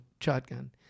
shotgun